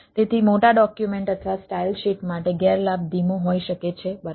તેથી મોટા ડોક્યુમેન્ટ અથવા સ્ટાઇલ શીટ માટે ગેરલાભ ધીમો હોઈ શકે છે બરાબર